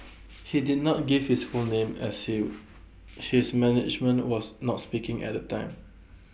he did not give his full name as if his management was not speaking at the time